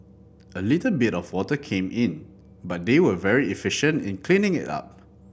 a little bit of water came in but they were very efficient in cleaning it up